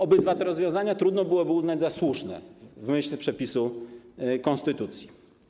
Obydwa te rozwiązania trudno byłoby uznać za słuszne w myśl przepisu konstytucji.